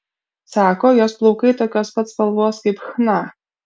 sako jos plaukai tokios pat spalvos kaip chna